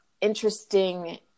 interesting